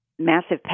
massive